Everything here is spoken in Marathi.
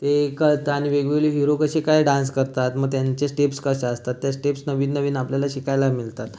ते हे करता आणि वेगवेगळे हिरो कसे काय डान्स करतात मग त्यांचे स्टेप्स कशा असतात त्या स्टेप्स नवीन नवीन आपल्याला शिकायला मिळतात